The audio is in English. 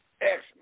Excellent